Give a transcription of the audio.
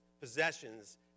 possessions